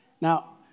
Now